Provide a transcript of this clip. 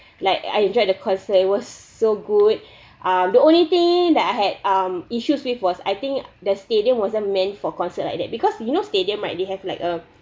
like I enjoyed the concert it was so good ah the only thing that I had um issues with was I think the stadium wasn't meant for concert like that because you know stadium right they have like a